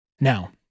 Now